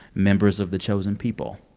members of the chosen people.